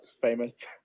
famous